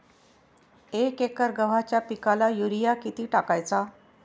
एक एकर गव्हाच्या पिकाला युरिया किती टाकायचा?